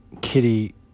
Kitty